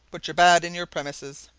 but you're bad in your premises!